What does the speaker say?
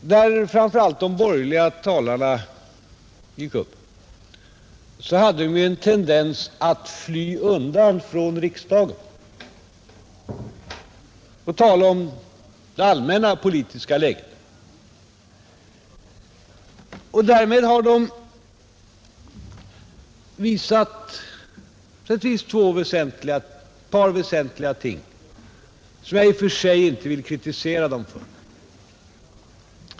När framför allt de borgerliga talarna här gick upp i talarstolen, hade de en tendens att fly undan från riksdagen och tala om det allmänna politiska läget. Därmed har de bevisat ett par väsentliga ting som jag i och för sig inte vill kritisera dem för.